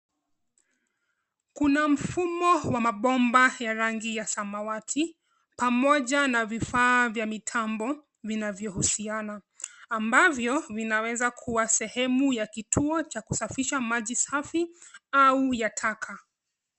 Kuna mfumo wa mabomba ya rangi ya samawati pamoja na vifaa vya mitambo vinavyohusiana, ambavyo vinaweza kuwa sehemu ya kituo cha kusafisha maji safi au ya taka.